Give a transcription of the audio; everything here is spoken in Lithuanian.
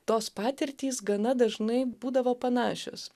tos patirtys gana dažnai būdavo panašios